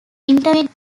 interment